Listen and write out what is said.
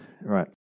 Right